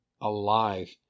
alive